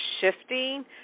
shifting